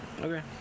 Okay